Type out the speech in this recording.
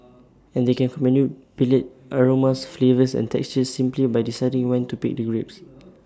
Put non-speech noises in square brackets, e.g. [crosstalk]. and they can manipulate aromas flavours and textures simply by deciding when to pick the grapes [noise]